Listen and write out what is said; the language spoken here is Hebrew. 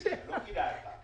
לא כדאי לך לדעת.